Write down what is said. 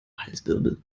halswirbel